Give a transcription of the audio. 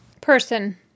Person